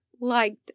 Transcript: liked